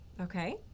okay